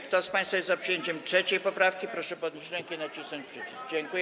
Kto z państwa jest za przyjęciem 3. poprawki, proszę podnieść rękę i nacisnąć przycisk.